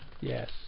Yes